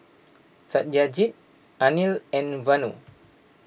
Satyajit Anil and Vanu